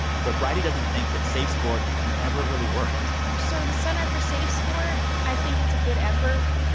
but bridie doesn't think that safesport can ever really work so the center for safesport, i think it's a good effort.